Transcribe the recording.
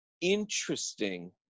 interesting